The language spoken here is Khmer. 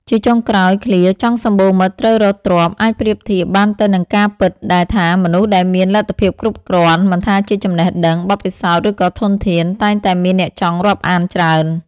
ជាចុងក្រោយឃ្លា ចង់សំបូរមិត្ត ត្រូវរកទ្រព្យ អាចប្រៀបធៀបបានទៅនឹងការពិតដែលថា មនុស្សដែលមានលទ្ធភាពគ្រប់គ្រាន់ មិនថាជាចំណេះដឹង បទពិសោធន៍ ឬក៏ធនធាន តែងតែមានអ្នកចង់រាប់អានច្រើន។